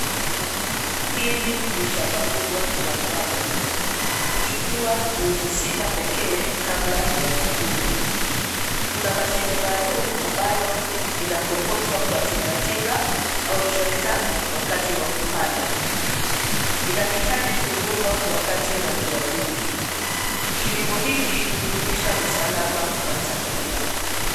Hili ni shamba kubwa la ngano. Huchukuwa miezi sita pekee kabla ya kuvunwa. Kuna mashine maalum amabayo inakokotwa kwa tinga tinga au trekta wakati wa kupanda. Inahitaji kuvunwa wakati wa jua jingi. Kilimo hiki hudumisha usalama wa chakula.